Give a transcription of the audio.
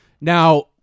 Now